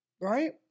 Right